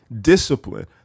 discipline